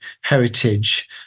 heritage